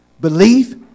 Belief